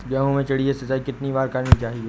गेहूँ में चिड़िया सिंचाई कितनी बार करनी चाहिए?